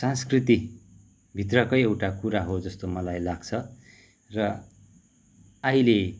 सांस्कृतिभित्रकै एउटा कुरा हो जस्तो मलाई लाग्छ र अहिले